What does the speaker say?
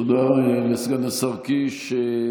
תודה לסגן השר קיש.